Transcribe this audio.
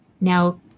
Now